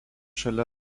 šalia